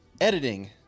editing